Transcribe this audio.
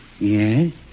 Yes